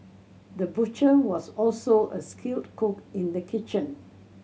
the butcher was also a skilled cook in the kitchen